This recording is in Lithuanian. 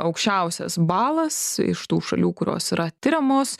aukščiausias balas iš tų šalių kurios yra tiriamos